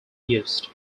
used